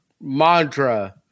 mantra